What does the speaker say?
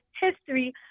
history